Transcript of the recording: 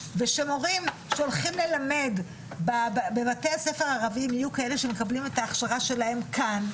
ושמורים שהולכים ללמד בבתי הספר הערביים יהיו כאלה שההכשרה שלהם כאן,